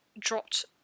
Dropped